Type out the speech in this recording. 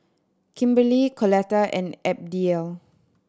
Kimberly Coletta and Abdiel